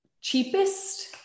cheapest